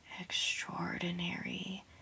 extraordinary